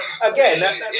again